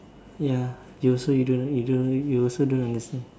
ya you also you don't know you don't know you also don't understand